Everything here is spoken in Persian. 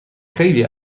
خیلی